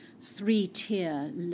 three-tier